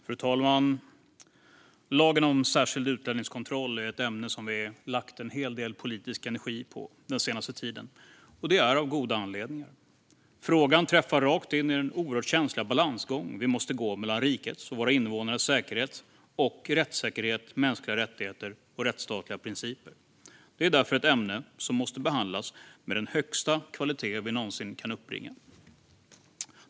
Fru talman! Lagen om särskild utlänningskontroll är ett ämne som vi lagt en hel del politisk energi på den senaste tiden, och det av goda anledningar. Frågan träffar rakt på den oerhört känsliga balansgång vi måste gå mellan rikets och våra invånares säkerhet och rättssäkerhet, mänskliga rättigheter och rättsstatliga principer. Detta är därför ett ämne som måste behandlas med den högsta kvalitet vi någonsin kan uppbringa.